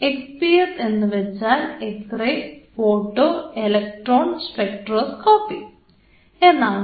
XPS എന്ന് വെച്ചാൽ X ray photo electron spectroscopy എന്നാണ്